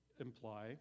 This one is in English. imply